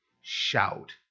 shout